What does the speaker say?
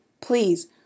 please